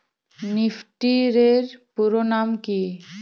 Nifty এর পুরোনাম কী?